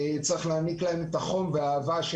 צריך להעניק להם את החום ואת האהבה.